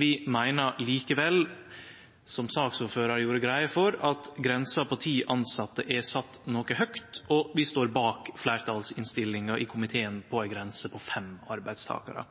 Vi meiner likevel, som saksordføraren gjorde greie for, at grensa på ti tilsette er sett noko høgt, og vi står bak fleirtalsinnstillinga i komiteen på ei grense på fem arbeidstakarar.